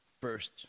first